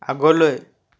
আগলৈ